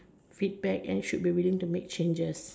feedback and should be willing to make changes